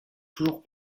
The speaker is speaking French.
toujours